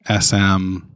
SM